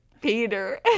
peter